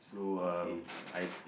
okay uh